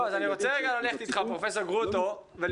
סיכון --- כולנו